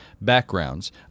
backgrounds